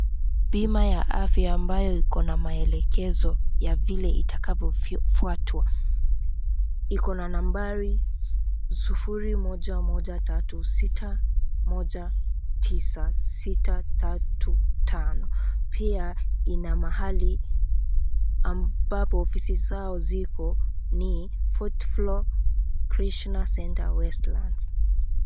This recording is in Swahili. Bima ya afya ambayo iko na maelekezo ya vile itakavyofuatwa Yuko na nambari,0113619635 pia ina mahali ambapo ofisi zao ziko no 4th floor Krishna centre Westlands.